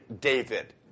David